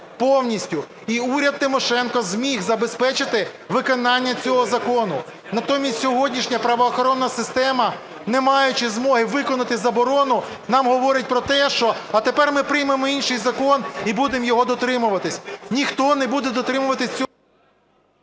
і уряд Тимошенко зміг забезпечити виконання цього закону. Натомість сьогоднішня правоохоронна система, не маючи змоги виконати заборону, нам говорить про те, що а тепер ми приймемо інший закон і будемо його дотримуватися. Ніхто не буде дотримуватися… ГОЛОВУЮЧИЙ.